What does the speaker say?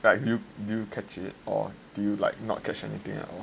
do you catch it or do you like not catch anything at all